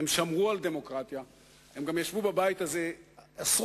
הם שמרו על דמוקרטיה והם גם ישבו בבית הזה עשרות